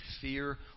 fear